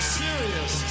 serious